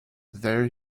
there